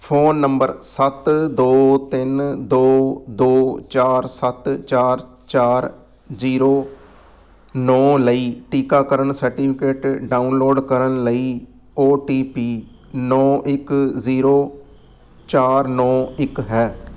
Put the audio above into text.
phone number ਸੱਤ ਦੋ ਤਿੰਨ ਦੋ ਦੋ ਚਾਰ ਸੱਤ ਚਾਰ ਚਾਰ ਜ਼ੀਰੋ ਨੌਂ ਲਈ ਟੀਕਾਕਰਨ ਸਰਟੀਫਿਕੇਟ ਡਾਊਨਲੋਡ ਕਰਨ ਲਈ ਓ ਟੀ ਪੀ ਨੌਂ ਇੱਕ ਜ਼ੀਰੋ ਚਾਰ ਨੌਂ ਇੱਕ ਹੈ